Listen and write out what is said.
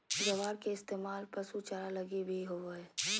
ग्वार के इस्तेमाल पशु चारा लगी भी होवो हय